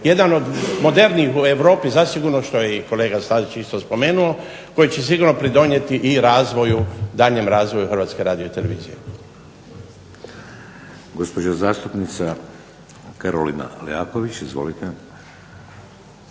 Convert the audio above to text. jedan od modernijih u Europi zasigurno što je i kolega Stazić isto spomenuo, koji će sigurno pridonijeti i razvoju, daljnjem razvoju HRT-a.